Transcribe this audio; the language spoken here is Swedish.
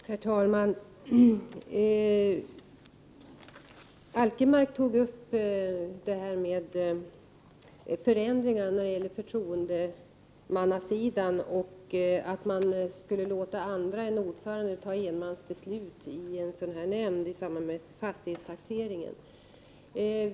Herr talman! Sven-Erik Alkemark tog upp förändringar när det gäller förtroendemannasidan. Han nämnde att andra än ordföranden skulle få fatta enmansbeslut i nämnd i samband med fastighetstaxeringen.